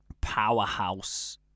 powerhouse